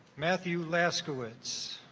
matthew laska wits